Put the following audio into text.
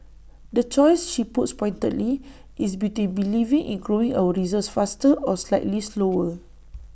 the choice she puts pointedly is between believing in growing our reserves faster or slightly slower